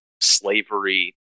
slavery